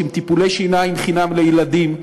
עם טיפולי שיניים חינם לילדים,